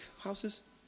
houses